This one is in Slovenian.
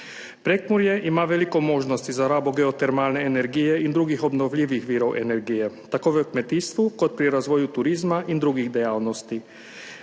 Prekmurje ima veliko možnosti za rabo geotermalne energije in drugih obnovljivih virov energije tako v kmetijstvu kot pri razvoju turizma in drugih dejavnosti.